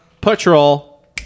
Patrol